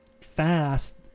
fast